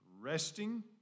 resting